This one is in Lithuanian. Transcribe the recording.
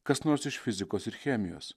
kas nors iš fizikos ir chemijos